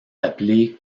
appelés